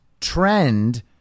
trend